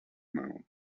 mahoma